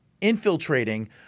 infiltrating